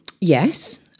Yes